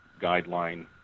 guideline